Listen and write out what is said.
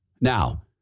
Now